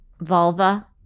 vulva